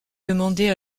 demander